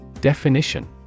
Definition